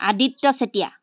Aditya Chetia